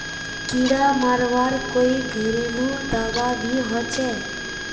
कीड़ा मरवार कोई घरेलू दाबा भी होचए?